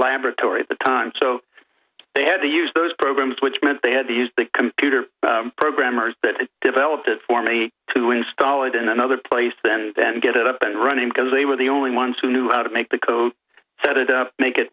laboratory at the time so they had to use those programs which meant they had to use the computer programmers that developed it for me to install it in another place and then get it up and running because they were the only ones who knew how to make the code set and make it